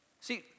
See